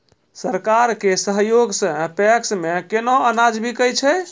सरकार के सहयोग सऽ पैक्स मे केना अनाज बिकै छै?